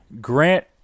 Grant